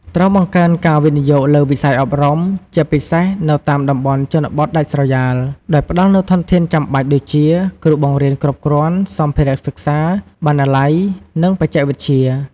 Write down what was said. ត្រូវបង្កើនការវិនិយោគលើវិស័យអប់រំ ជាពិសេសនៅតាមតំបន់ជនបទដាច់ស្រយាល ដោយផ្តល់នូវធនធានចាំបាច់ដូចជា គ្រូបង្រៀនគ្រប់គ្រាន់ សម្ភារៈសិក្សា បណ្ណាល័យ និងបច្ចេកវិទ្យា។